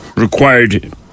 required